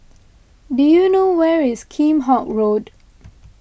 do you know where is Kheam Hock Road